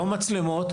לא מצלמות,